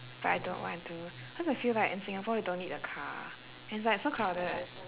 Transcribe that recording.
but I don't want to cause I feel like in singapore you don't need a car and it's like so crowded